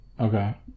Okay